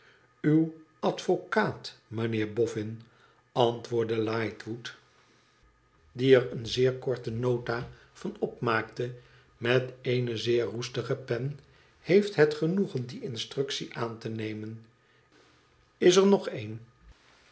uw advocaat mijnheer boffin antwoordde lightwood die er een zeer korte nota van opmaakte met eene zeer roestige pen t heeft het genoegen die instructie aan te nemen is er nog een